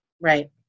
Right